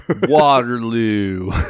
Waterloo